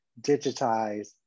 digitize